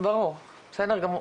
ברור, בסדר גמור.